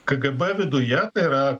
kgb viduje tai yra